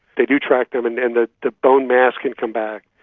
they do track them, and and the bone mass can come back.